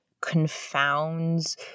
confounds